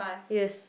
yes